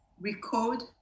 record